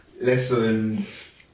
lessons